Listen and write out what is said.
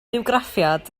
bywgraffiad